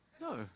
no